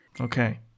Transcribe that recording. Okay